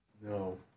No